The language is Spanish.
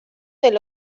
del